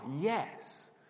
yes